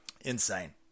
insane